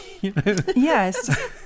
yes